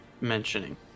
mentioning